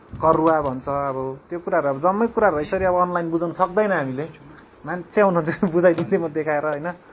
करूवा भन्छ अब त्यो कुराहरू अब जम्मै कुरा अब यसरी अनलाइन बुझाउनु सक्दैन हामीले मान्छे आउनु भने चाहिँ बुझाइदिने थिएँ देखाएर होइन